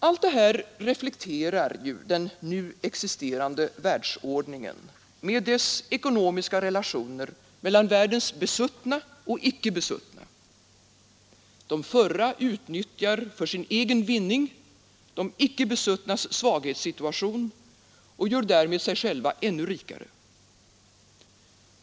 Allt detta reflekterar den nu existerande världsordningen, med dess ekonomiska relationer mellan världens besuttna och icke besuttna: de förra utnyttjar för sin egen vinning de icke besuttnas svaghetssituation och gör därmed sig själva ännu rikare.